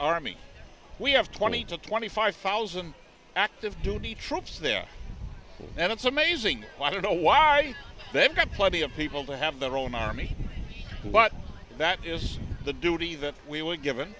army we have twenty to twenty five thousand active duty troops there and it's amazing i don't know why they've got plenty of people to have their own army but that is the duty that we were given